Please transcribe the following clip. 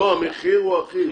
לא, המחיר הוא אחיד.